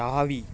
தாவி